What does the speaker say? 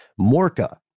Morka